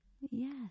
Yes